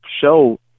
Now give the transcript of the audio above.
show